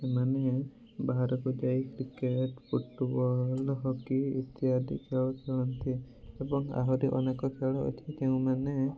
ସେମାନେ ବାହାରକୁ ଯାଇ କ୍ରିକେଟ୍ ଫୁଟବଲ୍ ହକି ଇତ୍ୟାଦି ଖେଳ ଖେଳନ୍ତି ଏବଂ ଆହୁରି ଅନେକ ଖେଳ ଅଛି ଯେଉଁମାନେ